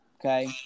okay